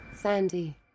Sandy